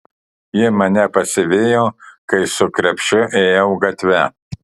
ji mane pasivijo kai su krepšiu ėjau gatve